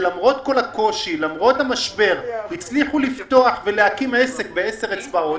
שלמרות כל הקושי ולמרות המשבר הצליחו לפתוח ולהקים עסק בעשר אצבעות,